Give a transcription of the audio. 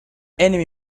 enemy